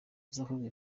hazakorwa